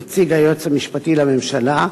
נציג היועץ המשפטי לממשלה,